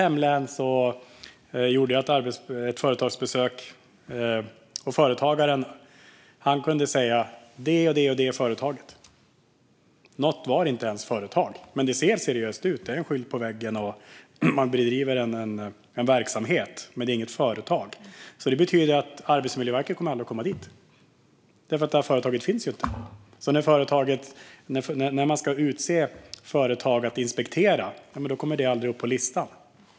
Jag gjorde ett företagsbesök i mitt hemlän, och företagaren kunde nämna flera företag. Något var inte ens ett företag, men det ser seriöst ut. Det finns en skylt på väggen, och man bedriver en verksamhet. Men det är inget företag. Det betyder att Arbetsmiljöverket aldrig kommer dit, för det här företaget finns ju inte. När man ska utse företag som ska inspekteras kommer företaget aldrig upp på listan.